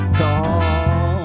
call